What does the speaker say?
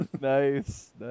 nice